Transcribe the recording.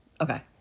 Okay